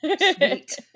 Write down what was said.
sweet